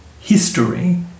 history